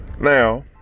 Now